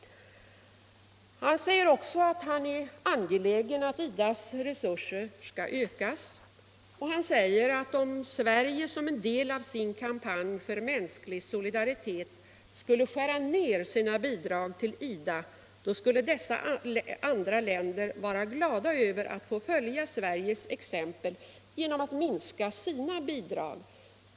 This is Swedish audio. Han säger också att han är angelägen om att IDA:s resurser skall ökas och att om Sverige som ett led i sin kampanj för mänsklig solidaritet skulle skära ned sina bidrag till IDA, skulle andra länder vara glada över att få följa Sveriges exempel genom att minska sina bidrag.